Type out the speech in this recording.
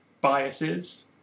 biases